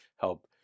help